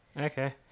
Okay